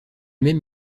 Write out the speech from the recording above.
même